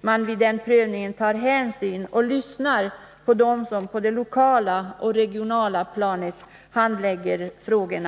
man vid den prövningen lyssnar på och tar hänsyn till dem som på det lokala och regionala planet handlägger frågorna.